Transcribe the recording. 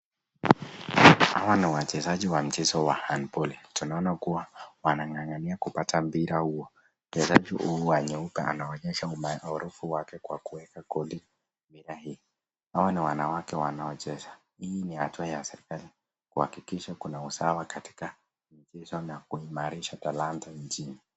Hawa ni wachezaji wa mchezo wa handball . Tunaona kuwa wanang'ang'ana kupata mpira huo. Mchezaji huyo wa nyuma anaonyesha ubunifu wake kwa kuweka goli, mpira hio. Hawa ni wanawake wanaocheza. Hii ni hatua ya serikali kuhakikisha kuna usawa katika michezo na kuimarisha talanta nchini.